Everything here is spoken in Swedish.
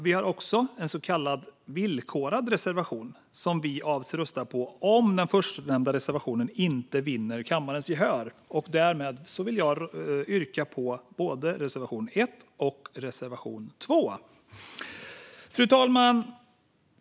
Vi har också en så kallad villkorad reservation som vi avser att rösta på om den förstnämnda reservationen inte vinner kammarens gehör. Därmed vill jag yrka bifall till både reservation l och reservation 2. Fru talman!